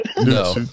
No